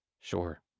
sure